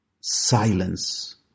silence